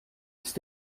ist